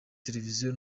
televiziyo